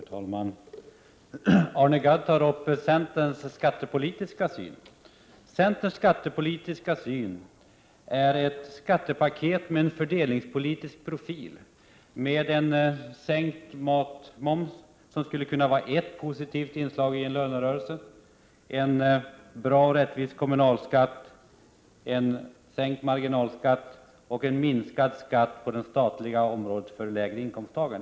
Herr talman! Arne Gadd tar upp centerns skattepolitiska syn. Centerns skattepolitiska förslag innefattar ett skattepaket med en fördelningspolitisk profil, med en sänkning av matmomsen, vilket skulle kunna vara ett positivt inslag i en lönerörelse, en bra och rättvis kommunalskatt, en sänkning av marginalskatten och en minskning av skatten på det statliga området för dem med lägre inkomster.